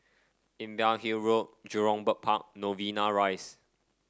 Imbiah Hill Road Jurong Bird Park Novena Rise